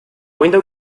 window